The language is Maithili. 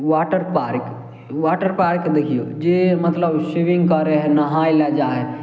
वाटर पार्क वाटर पार्क देखियौ जे मतलब स्विमिंग करय हइ नहाइ लए जाइ हइ